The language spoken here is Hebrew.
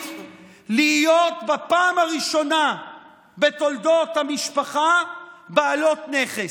להיות בפעם הראשונה בתולדות המשפחה בעלות נכס.